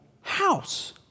house